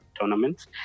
tournaments